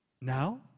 Now